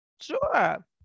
sure